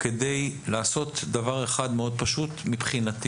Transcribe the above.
כדי לעשות דבר אחד מאוד פשוט מבחינתי: